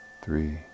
three